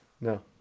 no